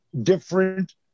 different